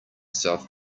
south